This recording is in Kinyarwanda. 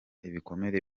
ibikomere